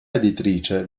editrice